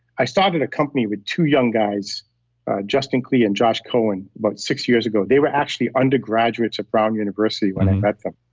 i started a company with two young guys justin clee and josh cohan, about six years ago. they were actually undergraduates at brown university when i met them.